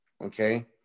Okay